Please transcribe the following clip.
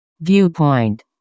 Viewpoint